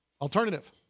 alternative